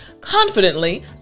confidently